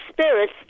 spirits